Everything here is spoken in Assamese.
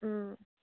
অঁ